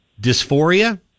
Dysphoria